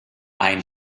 ein